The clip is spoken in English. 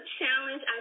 challenge